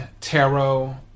tarot